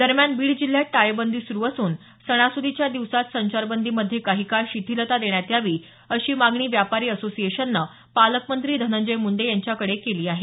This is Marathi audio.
दरम्यान जिल्ह्यात टाळेबंदी सुरू असून सणासुदीच्या दिवसात संचारबंदी मध्ये काही काळ शिथीलता देण्यात यावी अशी मागणी व्यापारी असोसिएशनं पालकमंत्री धनंजय मुंडे यांच्याकडे केली आहे